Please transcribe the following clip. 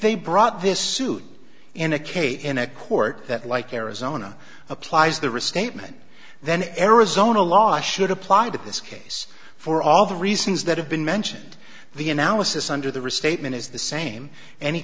they brought this suit indicate in a court that like arizona applies the restatement then arizona law should apply to this case for all the reasons that have been mentioned the analysis under the restatement is the same any